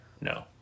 No